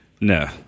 No